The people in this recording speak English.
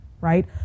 right